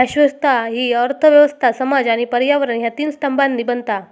शाश्वतता हि अर्थ व्यवस्था, समाज आणि पर्यावरण ह्या तीन स्तंभांनी बनता